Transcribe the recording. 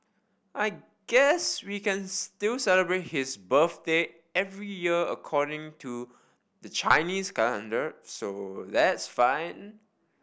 I guess we can still celebrate his birthday every year according to the Chinese calendar so that's fine